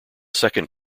second